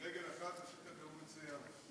על רגל אחת עשית נאום מצוין.